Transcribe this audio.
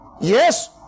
Yes